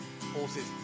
horses